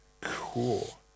Cool